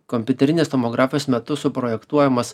kompiuterinės tomografijos metu suprojektuojamas